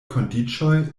kondiĉoj